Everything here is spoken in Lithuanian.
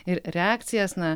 ir reakcijas na